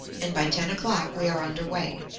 and by ten o'clock we are underway.